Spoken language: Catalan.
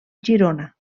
girona